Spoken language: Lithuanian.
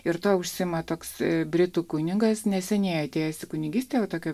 ir tuo užsiima toks britų kunigas neseniai atėjęs į kunigystę tokio